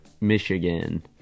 Michigan